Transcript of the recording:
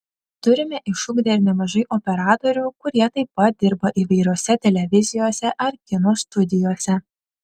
turime išugdę ir nemažai operatorių kurie taip pat dirba įvairiose televizijose ar kino studijose